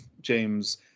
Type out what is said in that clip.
James